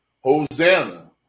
Hosanna